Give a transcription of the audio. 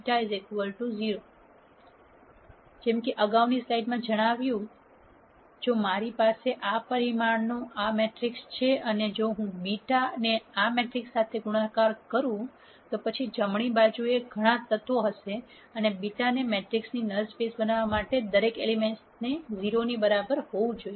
જેમ કે મેં અગાઉની સ્લાઇડમાં જણાવ્યું છે જો મારી પાસે આ પરિમાણનો આ મેટ્રિક્સ છે અને જો હું β ને આ મેટ્રિક્સ સાથે ગુણાકાર કરું તો પછી જમણી બાજુએ ઘણાં તત્વો હશે અને β ને મેટ્રિક્સની નલ સ્પેસ બનવા માટે દરેક એલિમેન્ટ્સ 0 ની બરાબર હોવું જોઈએ